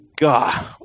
god